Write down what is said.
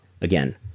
again